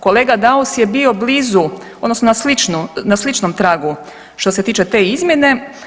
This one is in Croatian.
Kolega Daus je bio blizu odnosno na sličnom tragu što se tiče te izmjene.